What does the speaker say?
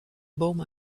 boom